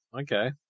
okay